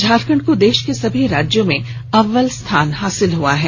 झारखंड को देश के सभी राज्यों में अव्वल स्थान मिला है